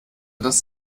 das